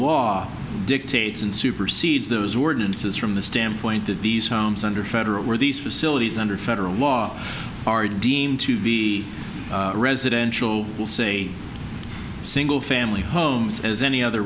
law dictates and supersedes those ordinances from the standpoint that these homes under federal where these facilities under federal law are deemed to be residential will say single family homes as any other